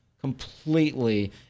completely